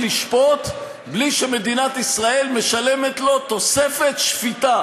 לשפוט בלי שמדינת ישראל משלמת לו תוספת שפיטה?